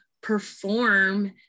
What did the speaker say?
perform